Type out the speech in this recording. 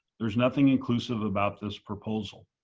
there's nothing inclusive about this proposal,